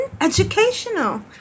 educational